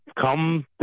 come